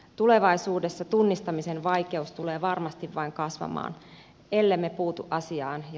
tulevaisuudessa tunnistamisen vaikeus tulee varmasti vain kasvamaan ellemme puutu asiaan ja